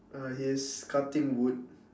uh he is cutting wood